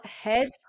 heads